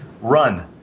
run